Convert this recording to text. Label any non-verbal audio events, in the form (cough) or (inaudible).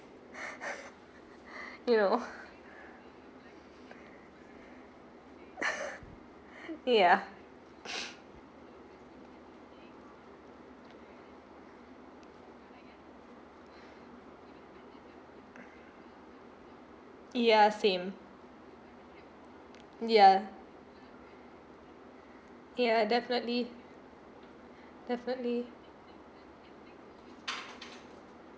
(laughs) you know (laughs) ya ya same ya ya definitely definitely